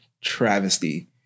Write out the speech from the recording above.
travesty